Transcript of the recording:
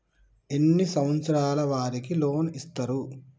ఎన్ని సంవత్సరాల వారికి లోన్ ఇస్తరు?